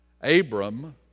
Abram